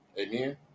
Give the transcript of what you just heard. Amen